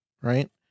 right